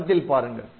படத்தில் பாருங்கள்